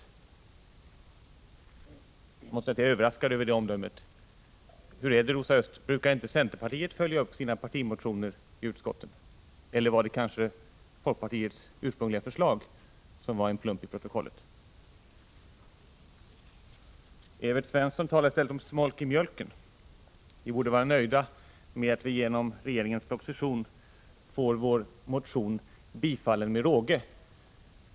Jag måste säga att jag är förvånad över det omdömet. Hur är det, Rosa Östh? Brukar inte centerpartiet följa upp sina partimotioner i utskottet? Eller var det kanske folkpartiets ursprungliga förslag som var en plump i protokollet? Evert Svensson talar i stället om smolk i mjölken. Vi borde vara nöjda med att vi genom regeringens proposition får vår motion bifallen med råge.